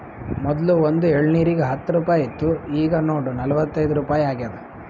ಮೊದ್ಲು ಒಂದ್ ಎಳ್ನೀರಿಗ ಹತ್ತ ರುಪಾಯಿ ಇತ್ತು ಈಗ್ ನೋಡು ನಲ್ವತೈದು ರುಪಾಯಿ ಆಗ್ಯಾದ್